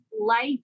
life